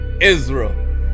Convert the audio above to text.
Israel